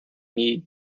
need